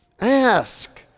Ask